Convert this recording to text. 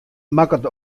makket